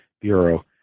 Bureau